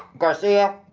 garcia,